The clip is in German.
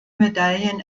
medaillen